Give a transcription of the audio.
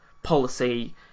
policy